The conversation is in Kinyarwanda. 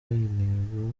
intego